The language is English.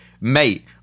Mate